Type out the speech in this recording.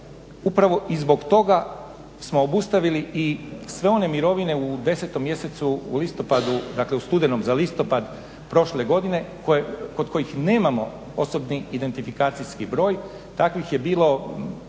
Upravo i zbog toga smo obustavili i sve one mirovine u 10.mjesecu u listopadu dakle u studenom za listopad prošle godine kod kojih nema OIB. Takvih je bilo